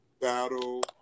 battle